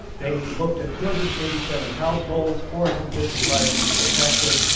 they looked at two hundred and thirty seven households four hundred and fifty five people tested.